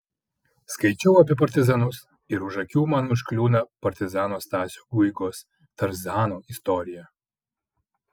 skaičiau apie partizanus ir už akių man užkliūna partizano stasio guigos tarzano istorija